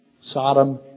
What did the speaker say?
Sodom